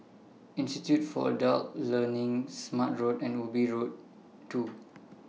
Institute For Adult Learning Smart Road and Ubi Road two